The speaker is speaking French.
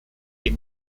est